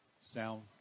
sound